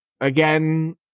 again